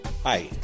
Hi